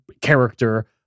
character